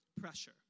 pressure